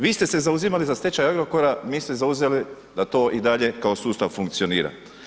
Vi ste se zauzimali za stečaj Agrokora, mi se zauzeli da to i dalje kao sustav funkcionira.